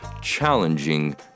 challenging